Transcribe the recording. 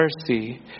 mercy